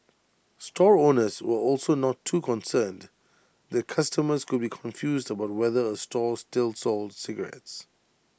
store owners were also not too concerned that customers would be confused about whether A store still sold cigarettes